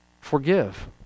Forgive